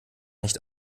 nicht